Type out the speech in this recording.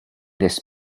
this